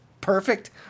perfect